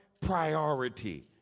priority